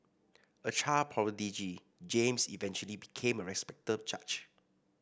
a child prodigy James eventually became a respected judge